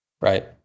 Right